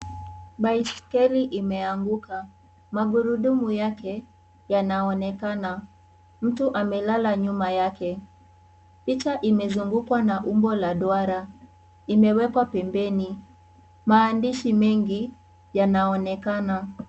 Baiskeli imeanguka, magurudumu yake yanaonekana, mtu amelala nyuma yake, picha imezungukwa na umbo la duara imewekwa pembeni, maandiahi mengi yanaonekana.